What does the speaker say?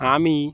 আমি